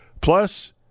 Plus